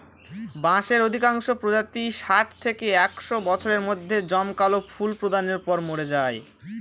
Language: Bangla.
বাঁশের অধিকাংশ প্রজাতিই ষাট থেকে একশ বছরের মধ্যে জমকালো ফুল প্রদানের পর মরে যায়